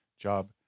job